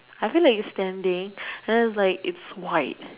I feel like it's standing but then it's like it's white